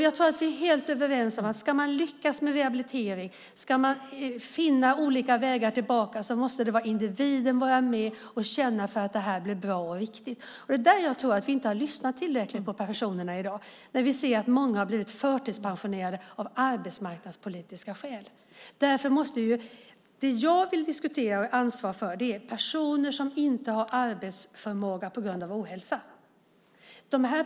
Jag tror att vi är helt överens om att ska man lyckas med rehabilitering och finna olika vägar tillbaka måste individen vara med och känna att det blir bra och riktigt. Det är där jag tror att vi inte har lyssnat tillräckligt på personerna i dag. Många har blivit förtidspensionerade av arbetsmarknadspolitiska skäl. Det jag ansvarar för och vill diskutera är personer som inte har arbetsförmåga på grund av ohälsa.